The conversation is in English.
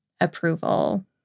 approval